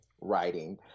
writing